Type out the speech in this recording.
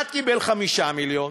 אחד קיבל 5 מיליון